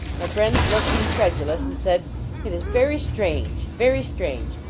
my friends looked incredulous, and said it is very strange very strange.